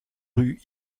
rue